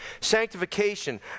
Sanctification